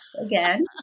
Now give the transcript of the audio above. again